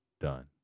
done